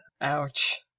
Ouch